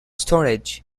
storage